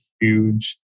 huge